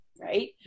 right